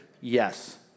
yes